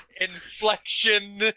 inflection